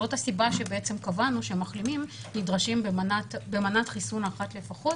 זאת הסיבה שבעצם קבענו שמחלימים נדרשים במנת חיסון אחת לפחות